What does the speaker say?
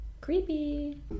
Creepy